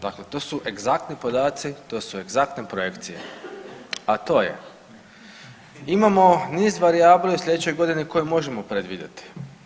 Dakle, to su egzaktni podaci, to su egzaktne projekcije, a to je imamo niz varijabli u sljedećoj godini koje možemo predvidjeti.